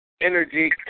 energy